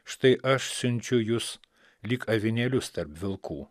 štai aš siunčiu jus lyg avinėlius tarp vilkų